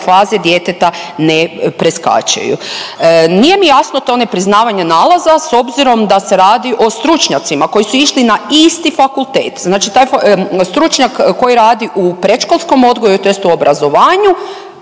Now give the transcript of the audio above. faze djeteta ne preskačeju. Nije mi jasno to nepriznavanje nalaza s obzirom da se radi o stručnjacima koji su išli na isti fakultet. Znači taj stručnjak koji radi u predškolskom odgoju, tj. u obrazovanju